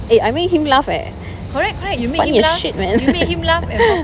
eh I make him laugh eh funny as shit man